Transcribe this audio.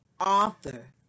author